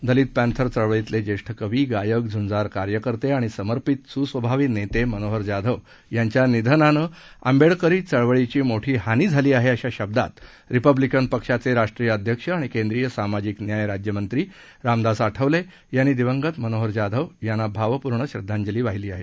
दलित Panther चळवळीतले ज्येष्ठ कवी गायक झूंजार कर्तकर्ते आणि समर्पित सुस्वभावी नेते मनोहर जाधव यांच्या निधनानं आंबेडकरी चळवळीची मोठी हानी झाली आहे अशा शब्दांत रिपब्लिकन पक्षाचे राष्ट्रीय अध्यक्ष आणि केंद्रीय सामाजिक न्याय राज्यमंत्री रामदास आठवले यांनी दिवंगत मनोहर जाधव यांना भावपूर्ण श्रद्वांजली वाहिली आहे